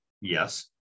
Yes